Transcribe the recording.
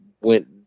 went